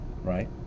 Right